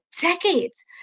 decades